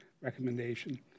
recommendation